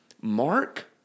Mark